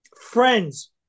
Friends